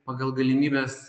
pagal galimybes